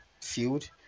field